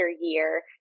year